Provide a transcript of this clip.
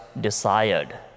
desired